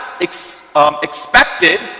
expected